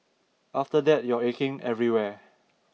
after that you're aching everywhere